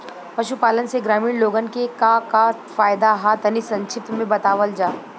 पशुपालन से ग्रामीण लोगन के का का फायदा ह तनि संक्षिप्त में बतावल जा?